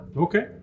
okay